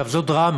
עכשיו, זו דרמה.